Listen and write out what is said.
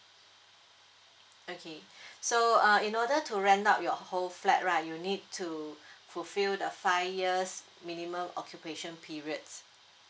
okay so uh in order to rent out your wh~ whole flat right you need to fulfill the five years minimum occupation periods